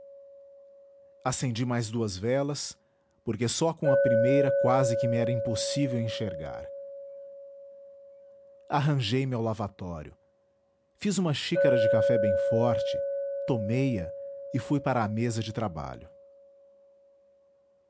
acendi mais duas velas porque só com a primeira quase que me era impossível enxergar arranjei me ao lavatório fiz uma xícara de café bem forte tomei a e fui para a mesa de trabalho